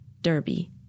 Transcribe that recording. Derby